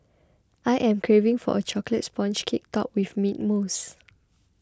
I am craving for a Chocolate Sponge Cake Topped with Mint Mousse